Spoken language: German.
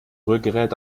rührgerät